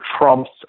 Trump's